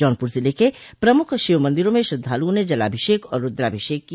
जौनपुर जिले के प्रमुख शिवमंदिरों में श्रद्वालुओं ने जलाभिषेक और रूद्राभिषेक किया